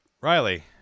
riley